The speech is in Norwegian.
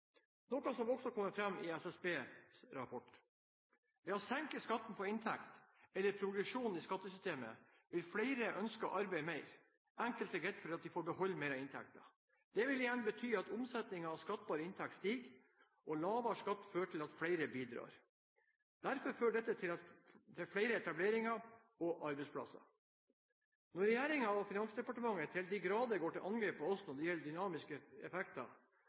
noe som også kommer fram i SSBs rapport. Ved å senke skatten på inntekt, eller progresjonen i skattesystemet, vil flere ønske å arbeide mer, enkelt og greit fordi de får beholde mer av inntekten. Det vil igjen bety at omsetningen av skattbar inntekt stiger, og lavere skatt fører til at flere bidrar. Derfor fører dette til flere etableringer og arbeidsplasser. Når regjeringen og Finansdepartementet til de grader går til angrep på oss når det gjelder dynamiske effekter,